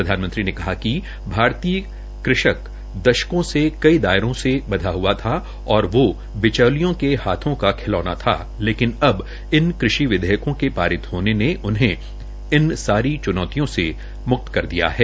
प्रधानमंत्री ने कहा कि भारतीय कृषक दशकों से कई दायरों में बंधा हआ था और बिचौलियों के हाथों का खिलौना था लेकिन अब इन कृषि विधेयकों के पारित होने से उन्हें इन सारी चुनौतियों से मुक्त कर दिया है